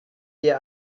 ihr